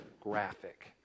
graphic